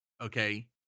okay